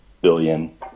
billion